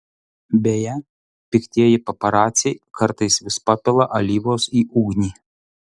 beje piktieji paparaciai kartais vis papila alyvos į ugnį